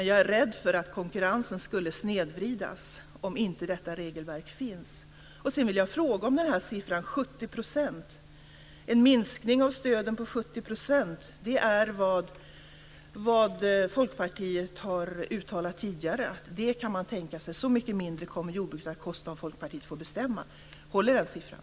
Jag är rädd för att konkurrensen skulle snedvridas om inte detta regelverk fanns. 70 %. En minskning av stöden med 70 % är vad Folkpartiet tidigare har uttalat sig om att man kan tänka sig. Så mycket mindre kommer jordbruket att kosta om Folkpartiet får bestämma. Håller den siffran?